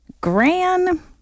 Gran